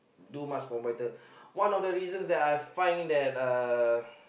do much more better one of the reasons that I find that uh